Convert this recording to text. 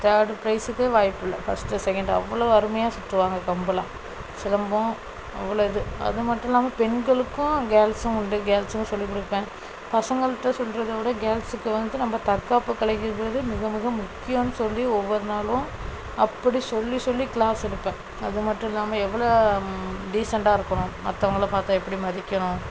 third ப்ரைஸ்க்கே வாய்ப்பில்லை first second அவ்வளோ அருமையாக சுற்றுவாங்க கம்பெல்லாம் சிலம்பம் அவ்வளோ இது அது மட்டும் இல்லாமல் பெண்களுக்கும் கேர்ள்ஸ்ஸும் உண்டு கேர்ள்ஸ்ஸுக்கும் சொல்லி கொடுப்பேன் பசங்கள்கிட்ட சொல்லுறதோட கேர்ள்ஸ்ஸுக்கு வந்துட்டு நம்ப தற்காப்பு கலைக்கு மிக மிக முக்கியன்னு சொல்லி ஒவ்வொரு நாளும் அப்படி சொல்லி சொல்லி க்ளாஸ் எடுப்பேன் அது மட்டும் இல்லாமல் எவ்வளோ டீசெண்டாக இருக்கணும் மற்றவங்கள பார்த்தா எப்படி மதிக்கணும்